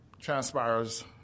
transpires